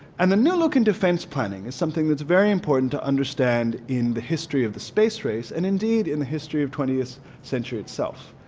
and the new look in defense planning is something that's very important to understand in the history of the space race and indeed in the history of twentieth century itself.